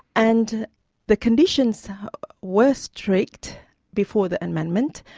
and the conditions were strict before the amendment,